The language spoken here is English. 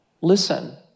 listen